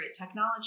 technology